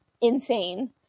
insane